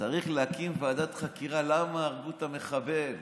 צריך להקים ועדת חקירה למה הרגו את המחבל.